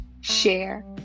share